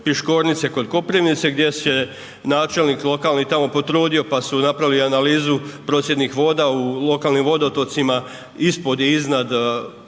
Piškornice kod Koprivnice, gdje se načelnik lokalni tamo potrudio pa su napravili analizu procjednih voda u lokalnim vodotocima ispod i iznad